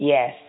Yes